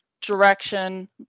direction